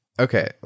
Okay